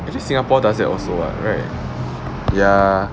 actually singapore does that also [what] right ya